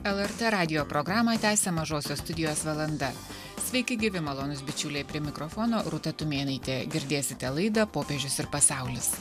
lrt radijo programą tęsia mažosios studijos valanda sveiki gyvi malonūs bičiuliai prie mikrofono rūta tumėnaitė girdėsite laidą popiežius ir pasaulis